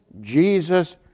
Jesus